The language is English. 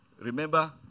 Remember